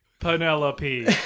Penelope